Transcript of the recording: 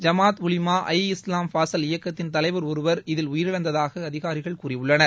ஜமாத் உலிமா ஐ இஸ்லாம் ஃபாசல் இயக்கத்தின் தலைவர் ஒருவர் இதில் உயிரிழந்ததாக அதிகாரிகள் கூறியுள்ளனர்